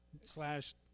slash